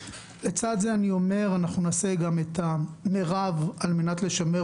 לצד זה אנחנו נעשה גם את המרב על מנת לשמר